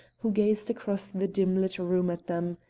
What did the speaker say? who gazed across the dim-lit room at them,